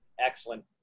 Excellent